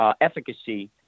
efficacy